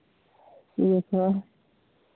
ᱤᱱᱟᱹ ᱯᱚᱨ